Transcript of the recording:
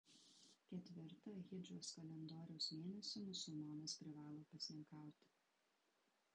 ketvirtą hidžros kalendoriaus mėnesį musulmonas privalo pasninkauti